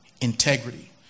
Integrity